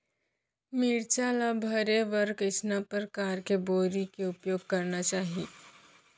मिरचा ला भरे बर कइसना परकार के बोरी के उपयोग करना चाही?